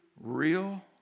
real